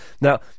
Now